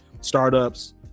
startups